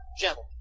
gentlemen